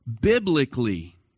biblically